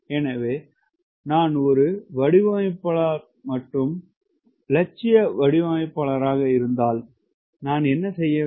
எனவே நான் ஒரு வடிவமைப்பாளர் மற்றும் நான் லட்சிய வடிவமைப்பாளர் இருந்தால் நான் என்ன செய்ய வேண்டும்